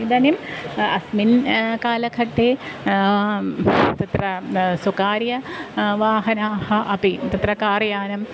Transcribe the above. इदानीम् अस्मिन् कालखट्टे तत्र स्वकार्यं वाहनानि अपि तत्र कार् यानं